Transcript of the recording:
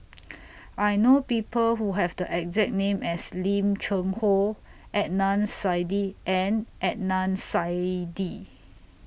I know People Who Have The exact name as Lim Cheng Hoe Adnan Saidi and Adnan Saidi